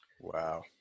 Wow